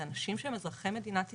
זה אנשים שהם אזרחי מדינת ישראל,